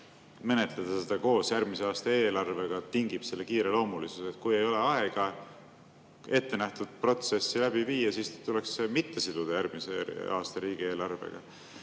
menetleda seda koos järgmise aasta eelarvega tingib selle kiireloomulisuse. Kui ei ole aega ettenähtud protsessi läbi viia, siis ei tuleks seda siduda järgmise aasta riigieelarvega.